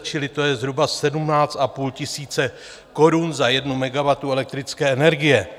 Čili to je zhruba 17,5 tisíce korun za jednu megawatthodinu elektrické energie.